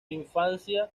infancia